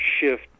shift